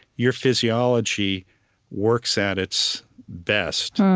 your physiology works at its best